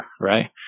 right